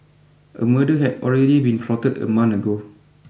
a murder had already been plotted a month ago